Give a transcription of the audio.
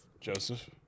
Joseph